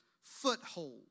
foothold